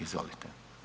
Izvolite.